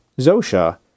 Zosha